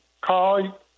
call